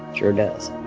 sure does